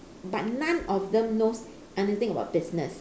but none of them knows anything about business